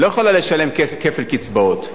לא יכולה לשלם כפל קצבאות.